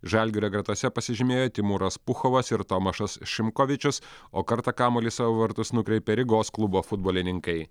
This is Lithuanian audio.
žalgirio gretose pasižymėjo timūras puchovas ir tomašas šimkovičius o kartą kamuolį savo vartus nukreipė rygos klubo futbolininkai